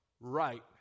right